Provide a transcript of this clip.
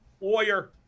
lawyer